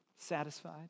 Satisfied